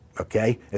okay